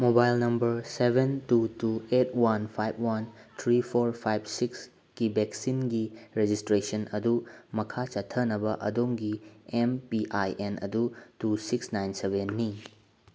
mobile number seven two two eight one five one three four five ꯁꯤꯛꯁꯀꯤ ꯚꯦꯛꯁꯤꯟꯒꯤ register ꯑꯗꯨ ꯃꯈꯥ ꯆꯠꯊꯅꯕ ꯑꯗꯣꯝꯒꯤ ꯑꯦꯝ ꯄꯤ ꯑꯥꯏ ꯑꯦꯟ ꯑꯗꯨ ꯇꯨ ꯁꯤꯛꯁ ꯅꯥꯏꯟ ꯁꯕꯦꯟꯅꯤ